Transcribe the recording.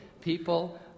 people